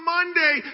Monday